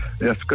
Yes